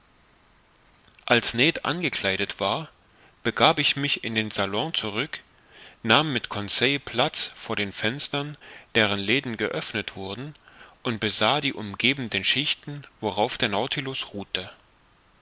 als ned angekleidet war begab ich mich in den salon zurück nahm mit conseil platz vor den fenstern deren läden geöffnet wurden und besah die umgebenden schichten worauf der nautilus ruhte